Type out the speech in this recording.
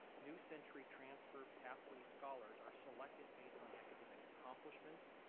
new century transfer pathway scholars are selected based on the academic accomplishments,